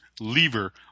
lever